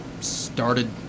started